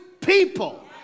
people